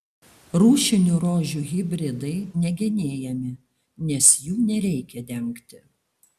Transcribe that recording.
rūšinių rožių hibridai negenėjami nes jų nereikia dengti